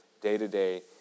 day-to-day